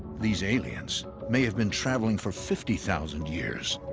these aliens may have been traveling for fifty thousand years.